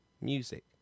music